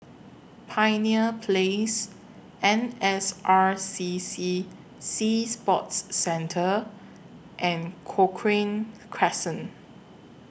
Pioneer Place N S R C C Sea Sports Centre and Cochrane Crescent